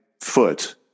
foot